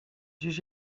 dziś